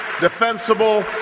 defensible